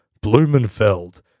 Blumenfeld